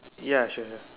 ya sure sure